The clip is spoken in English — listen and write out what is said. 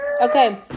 Okay